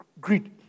greed